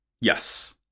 Yes